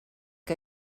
que